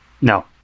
No